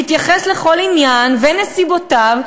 בהתייחס לכל עניין ונסיבותיו,